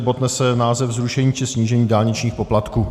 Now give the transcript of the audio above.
Bod nese název Zrušení či snížení dálničních poplatků.